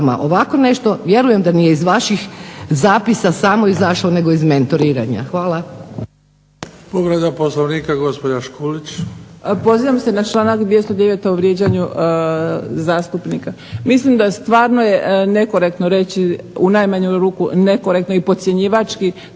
Ovako nešto vjerujem da nije iz vaših zapisa samo izašlo nego iz mentoriranja. Hvala.